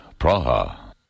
Praha